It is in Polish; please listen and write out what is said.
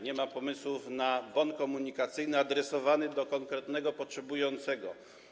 Nie ma pomysłów na bon komunikacyjny adresowany do konkretnego potrzebującego.